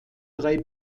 drei